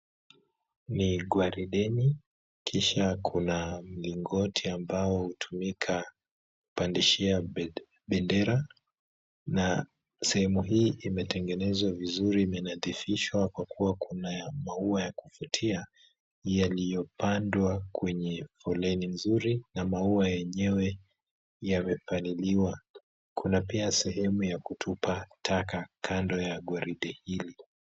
Ni gwarideni, kisha kuna mlingoti ambao hutumika kupandishia bendera, na sehemu hii imetengenezwa vizuri imenadhifishwa kwa kuwa kuna maua ya kuvutia yaliyopandwa kwenye foleni nzuri ya maua yenyewe yamepaliliwa, kuna pia sehemu ya kutupa taka kando ya gwaride hili.